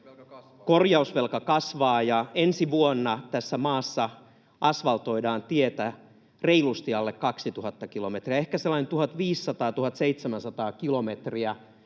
Korjausvelka kasvaa. — Ensi vuonna tässä maassa asfaltoidaan tietä reilusti alle 2 000 kilometriä, ehkä sellaiset 1 500—1 700 kilometriä.